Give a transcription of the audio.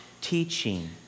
teaching